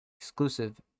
exclusive